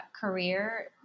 career